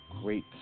great